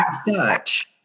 search